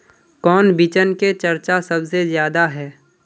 कौन बिचन के चर्चा सबसे ज्यादा है?